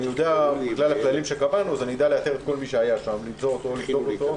בגלל הכללים שקבענו אדע לאתר את כל מי שהיה שם ולבדוק אותו.